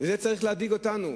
וזה צריך להדאיג אותנו.